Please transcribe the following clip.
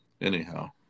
anyhow